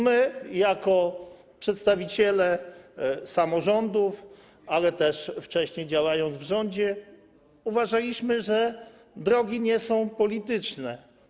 My jako przedstawiciele samorządów, ale też wcześniej działający w rządzie, uważaliśmy, że drogi nie są polityczne.